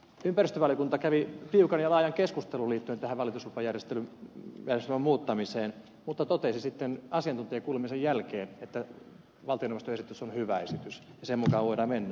ympäristövaliokunta kävi tiukan ja laajan keskustelun liittyen tähän valituslupajärjestelmän muuttamiseen mutta totesi sitten asiantuntijakuulemisen jälkeen että valtioneuvoston esitys on hyvä esitys ja sen mukaan voidaan mennä